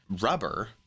rubber